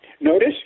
Notice